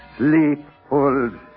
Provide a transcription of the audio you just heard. sleepful